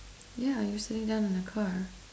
yeah you're sitting down in a car